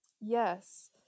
Yes